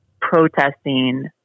protesting